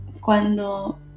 cuando